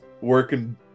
working